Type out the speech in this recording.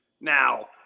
Now